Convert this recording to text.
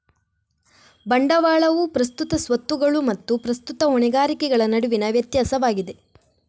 ಬಂಡವಾಳವು ಪ್ರಸ್ತುತ ಸ್ವತ್ತುಗಳು ಮತ್ತು ಪ್ರಸ್ತುತ ಹೊಣೆಗಾರಿಕೆಗಳ ನಡುವಿನ ವ್ಯತ್ಯಾಸವಾಗಿದೆ